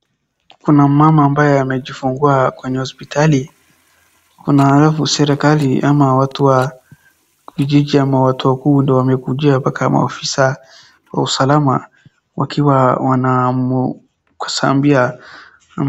Kuna mama ambaye amejifungua kwenye hospitali, kuna alafu serikali ama watu wa kijiji ama watu wakuu ndio wamekuja kama ofisa wa usalama, wakiwa wanamkusambia.